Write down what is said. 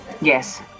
Yes